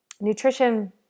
nutrition